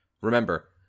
Remember